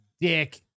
dick